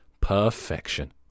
Perfection